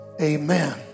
amen